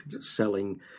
selling